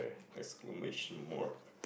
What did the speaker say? exclamation mark